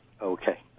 Okay